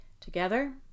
Together